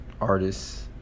artists